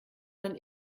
man